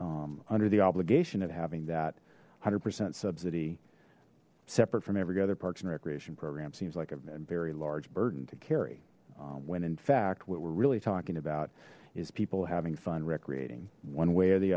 under the obligation of having that one hundred percent subsidy separate from every other parks and recreation program seems like a very large burden to carry when in fact what we're really talking about is people having fun recreative one way or the